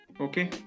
Okay